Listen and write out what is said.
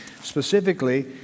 specifically